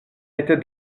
était